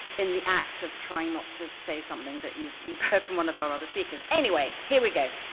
in the act of trying not to say something that you've you've heard from one of our other speakers. anyway, here we go.